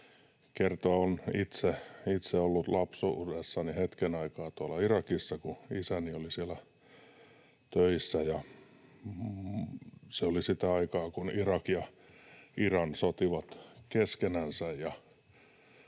että olen itse ollut lapsuudessani hetken aikaa tuolla Irakissa, kun isäni oli siellä töissä, ja se oli sitä aikaa, kun Irak ja Iran sotivat keskenänsä,